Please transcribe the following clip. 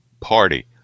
Party